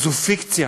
זו פיקציה.